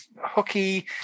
hooky